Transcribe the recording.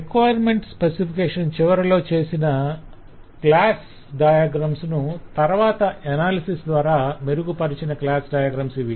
requirement specification చివరలో చేసిన class diagrams ను తరవాత అనాలిసిస్ ద్వారా మెరుగుపరచిన క్లాస్ డయాగ్రమ్స్ ఇవి